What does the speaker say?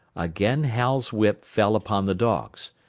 again hal's whip fell upon the dogs.